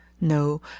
no